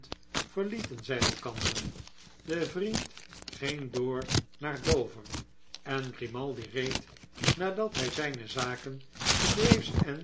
verlieten zij elkander de vriend ging door naar dover en grimaldi reed nadat hij zijne zaken te